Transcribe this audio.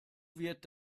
wird